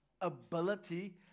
ability